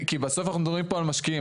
כי בסוף אנחנו מדברים פה על משקיעים.